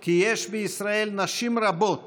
כי יש בישראל נשים רבות